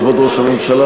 כבוד ראש הממשלה,